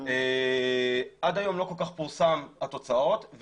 עד היום לא פורסמו התוצאות.